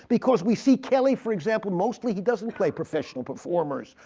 because we see kelly for example, mostly he doesn't play professional performers,